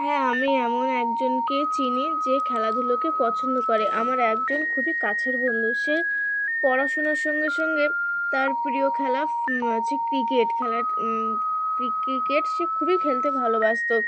হ্যাঁ আমি এমন একজনকে চিনি যে খেলাধুলোকে পছন্দ করে আমার একজন খুবই কাছের বন্ধু সে পড়াশোনার সঙ্গে সঙ্গে তার প্রিয় খেলা হচ্ছে ক্রিকেট খেলা ক্রিকেট সে খুবই খেলতে ভালোবাসতো